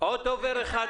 אתה ח"כ